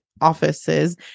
offices